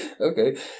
okay